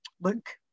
Look